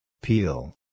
Peel